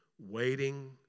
waiting